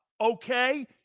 Okay